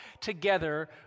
together